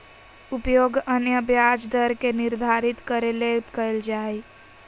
उपयोग अन्य ब्याज दर के निर्धारित करे ले कइल जा हइ